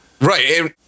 Right